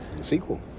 Sequel